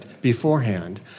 beforehand